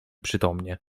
przytomnie